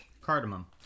cardamom